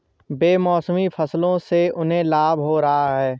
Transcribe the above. बेमौसमी फसलों से उन्हें लाभ हो रहा है